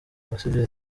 abasivili